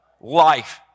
Life